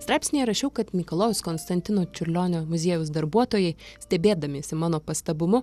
straipsnyje rašiau kad mikalojaus konstantino čiurlionio muziejaus darbuotojai stebėdamiesi mano pastabumu